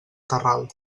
terral